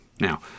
Now